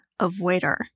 avoider